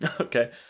Okay